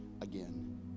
again